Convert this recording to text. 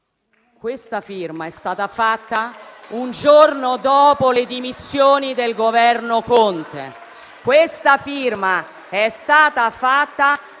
Questa firma è stata fatta un giorno dopo le dimissioni del Governo Conte. Questa firma è stata fatta